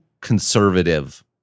conservative